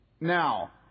Now